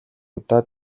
удаа